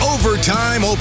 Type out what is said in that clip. Overtime